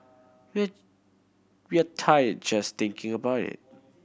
we're we are tired just thinking about it